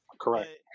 Correct